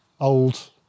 old